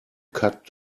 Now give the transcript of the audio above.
cut